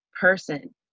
person